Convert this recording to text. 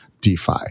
DeFi